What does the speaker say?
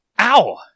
Ow